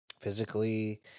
physically